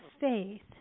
faith